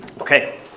Okay